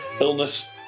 illness